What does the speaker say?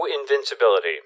invincibility